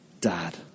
dad